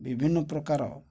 ବିଭିନ୍ନ ପ୍ରକାର